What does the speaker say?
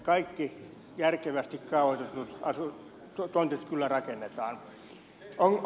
kaikki järkevästi kaavoitetut tontit kyllä rakennetaan